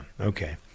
Okay